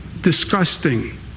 Disgusting